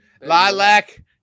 Lilac